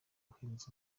uhenze